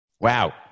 Wow